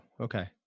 Okay